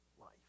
life